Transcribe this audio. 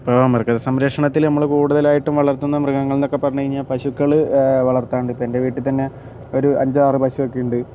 ഇപ്പം മൃഗസംരക്ഷണത്തിൽ നമ്മൾ കൂടുതലായി വളർത്തുന്ന മൃഗങ്ങൾ എന്നൊക്കെ പറഞ്ഞു കഴിഞ്ഞാൽ പശുക്കൾ വളർത്താറുണ്ട് ഇപ്പോൾ എൻ്റെ വീട്ടിൽ തന്നെ ഒരു അഞ്ചാറ് പശു ഒക്കെ ഉണ്ട്